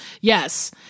Yes